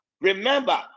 remember